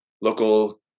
local